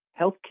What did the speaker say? healthcare